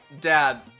dad